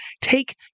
take